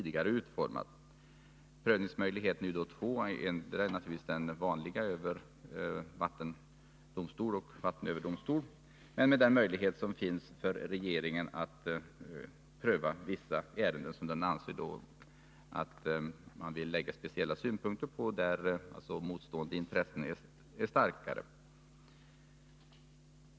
Den ena är naturligtvis den vanliga över vattendomstol och vattenöverdomstol. Den andra möjligheten som finns är att regeringen kan pröva vissa ärenden som den anser att det bör läggas speciella synpunkter på, alltså när motstående intressen är starkare.